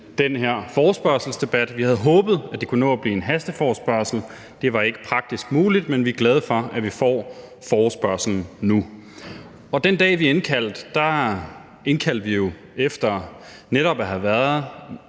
den her forespørgselsdebat. Vi havde håbet, at det kunne nå at blive en hasteforespørgsel. Det var ikke praktisk muligt, men vi er glade for, at vi får forespørgslen nu. Den dag vi indkaldte, indkaldte vi jo efter netop at have været